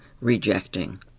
rejecting